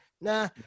nah